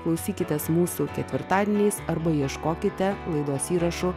klausykitės mūsų ketvirtadieniais arba ieškokite laidos įrašų